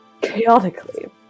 chaotically